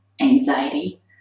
anxiety